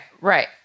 right